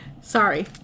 Sorry